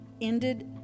ended